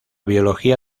biología